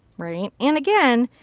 right. and again,